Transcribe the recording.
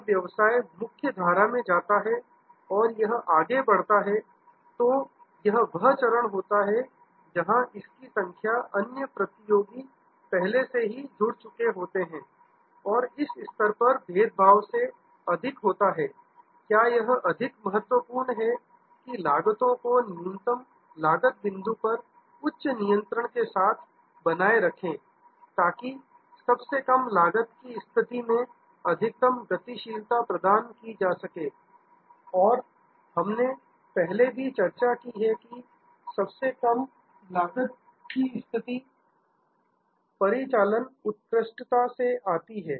जब व्यवसाय मुख्य धारा में जाता है और यह आगे बढ़ता है तो यह वह चरण होता है जहां इसकी संख्या अन्य प्रतियोगी पहले से ही जुड़ चुके होते हैं और इस स्तर पर भेदभाव से अधिक होता है क्या यह अधिक महत्वपूर्ण है कि लागतो को न्यूनतम लागत बिंदु पर उच्च नियंत्रण के साथ बनाए रखें ताकि सबसे कम लागत की स्थिति में अधिकतम गतिशीलता प्रदान की जा सके और हमने पहले भी चर्चा की है कि सबसे कम लागत की स्थिति परिचालन उत्कृष्टता से आती है